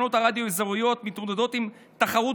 שתחנות הרדיו האזוריות מתמודדות עם תחרות